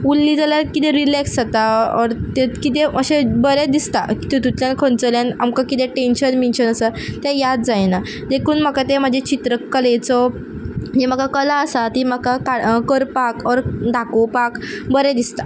उरलीं जाल्यार किदें रिलॅक्स जाता ऑर तेंत किदें अशें बरें दिसता की तितुतल्यान खोंचोल्यान आमकां किदें टेंशन मिंशन आसा तें याद जायना देखून म्हाका तें म्हाजे चित्र कलेचो जी म्हाका कला आसा ती म्हाका काड करपाक ऑर दाखोवपाक बरें दिसता